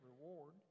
reward